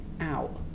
out